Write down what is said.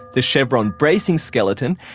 the chevron bracing skeleton,